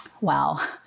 Wow